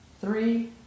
three